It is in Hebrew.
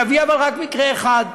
אבל אני אביא רק מקרה אחד: